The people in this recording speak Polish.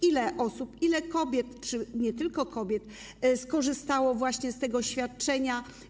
Ile osób, ile kobiet, czy nie tylko kobiet, skorzystało z tego świadczenia?